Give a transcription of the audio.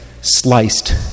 sliced